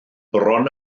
bron